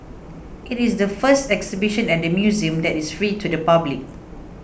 it is the first exhibition at the museum that is free to the public